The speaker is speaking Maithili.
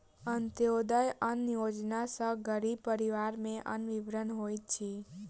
अन्त्योदय अन्न योजना सॅ गरीब परिवार में अन्न वितरण होइत अछि